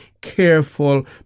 careful